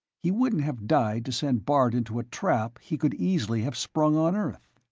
he wouldn't have died to send bart into a trap he could easily have sprung on earth.